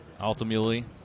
ultimately